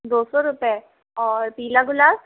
दो सौ रुपए और पीला गुलाब